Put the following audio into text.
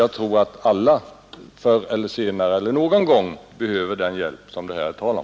Jag tror att alla förr eller senare någon gång behöver den hjälp som det här talas om.